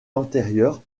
antérieures